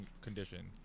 condition